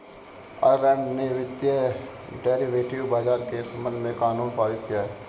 Ireland ने वित्तीय derivative बाजार के संबंध में कानून पारित किया है